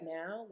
now